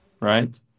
right